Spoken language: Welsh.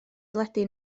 deledu